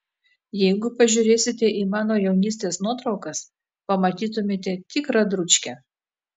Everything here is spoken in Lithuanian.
jeigu pažiūrėsite į mano jaunystės nuotraukas pamatytumėte tikrą dručkę